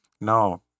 no